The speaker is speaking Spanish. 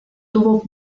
tuvo